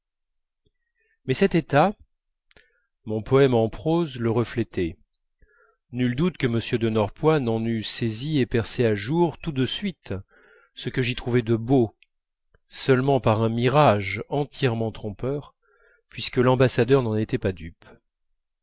mais cet état mon poème en prose le reflétait nul doute que m de norpois n'en eût saisi et percé à jour tout de suite ce que j'y trouvais de beau seulement par un mirage entièrement trompeur puisque l'ambassadeur n'en était pas dupe